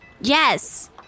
Yes